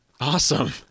Awesome